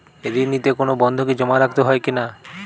ঋণ নিতে কোনো বন্ধকি জমা রাখতে হয় কিনা?